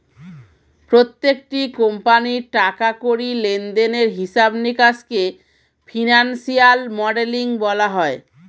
প্রত্যেকটি কোম্পানির টাকা কড়ি লেনদেনের হিসাব নিকাশকে ফিনান্সিয়াল মডেলিং বলা হয়